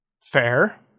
Fair